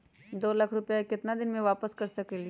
दो लाख रुपया के केतना दिन में वापस कर सकेली?